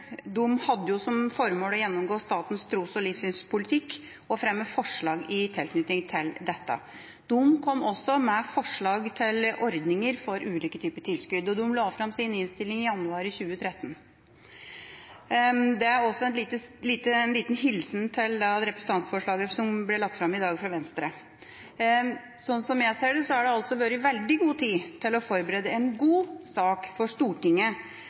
Stålsett-utvalget hadde som formål å gjennomgå statens tros- og livssynspolitikk og fremme forslag i tilknytning til dette. De kom også med forslag til ordninger for ulike typer tilskudd, og de la fram sin innstilling i januar 2013. Det er også en liten hilsen til det representantforslaget fra Venstre som ble lagt fram i dag. Slik jeg ser det, har det vært veldig god tid til å forberede en god sak for Stortinget